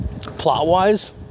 Plot-wise